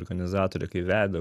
organizatorė kai vedė